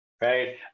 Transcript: Right